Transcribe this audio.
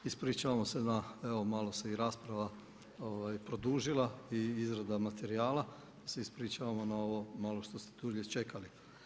Ispričavam se na evo malo se i rasprava produžila i izrada materijala, pa se ispričavamo na ovo malo što ste dulje čekali.